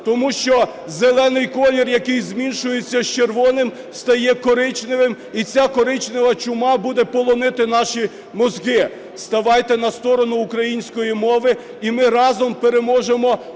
Тому що зелений колір, який змішується з червоним, стає коричневим, і ця "коричнева чума" буде полонити наші мізки. Ставайте на сторону української мови, і ми разом переможемо